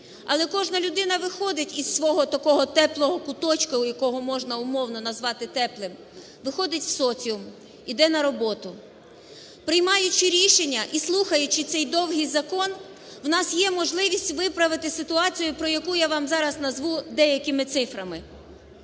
Але кожна людина виходить із свого такого теплого куточка, якого можна умовно назвати теплим, виходить у соціум, іде на роботу. Приймаючи рішення і слухаючи цей довгий закон, у нас є можливість виправити ситуацію, про яку я вам зараз назву деякими цифрами.